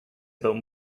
about